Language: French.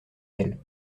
elles